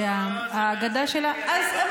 שהאגדה שלה, לא,